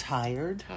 tired